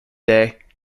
day